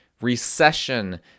recession